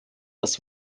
dass